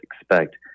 expect